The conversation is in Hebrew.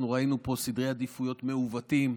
אנחנו ראינו פה סדרי עדיפויות מעוותים,